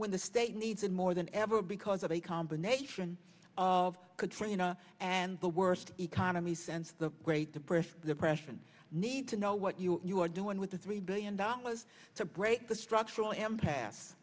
when the state needs it more than ever because of a combination of katrina and the worst economy since the great depression depression need to know what you're doing with the three billion dollars to break the structural empa